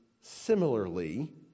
similarly